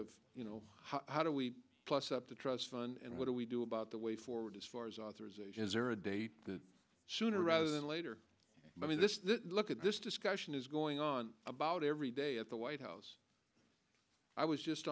of you know how do we plus up the trust fund and what do we do about the way forward as far as authorization is there a date the sooner rather than later i mean look at this discussion is going on about every day at the white house i was just